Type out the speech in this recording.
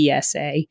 PSA